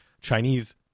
Chinese